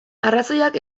arrazoiak